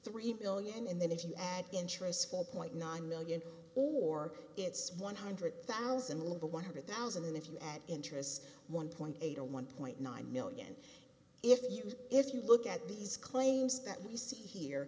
three billion and then if you add interest four point nine million or it's one hundred thousand level one hundred thousand and if you add interest one point eight or one point nine million if you if you look at these claims that you see here